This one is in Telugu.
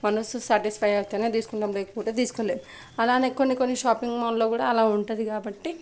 మనసు శాటిస్ఫై అయితే తీసుకుంటాం లేకపోతే తీసుకోలేము అలానే కొన్ని కొన్ని షాపింగ్ మాల్లో కూడా అలా ఉంటుంది కాబట్టి